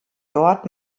dort